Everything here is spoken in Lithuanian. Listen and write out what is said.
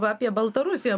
apie baltarusiją